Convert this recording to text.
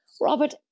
Robert